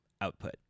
output